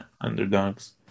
underdogs